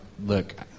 look